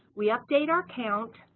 we update our count